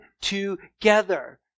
together